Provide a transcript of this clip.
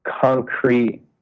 concrete